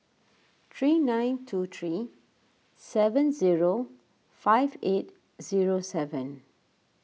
three nine two three seven zero five eight zero seven